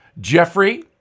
Jeffrey